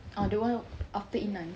ah that [one] after inai